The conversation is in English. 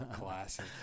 Classic